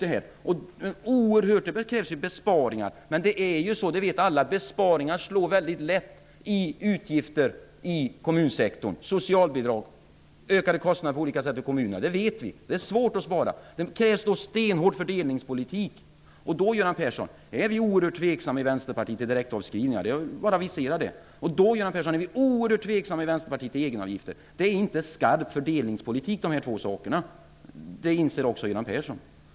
Det krävs besparingar, men alla vet att besparingar väldigt lätt leder till utgifter för kommunsektorn, som socialbidrag och andra ökade kostnader för kommunerna. Det vet vi. Det är svårt att spara. Det krävs därför en stenhård fördelningspolitik. Då skall det sägas att vi i Vänsterpartiet är oerhört tveksamma till direktavskrivningar och till egenavgifter. Dessa två åtgärder innebär inte en skarp fördelningspolitik, det inser också Göran Persson.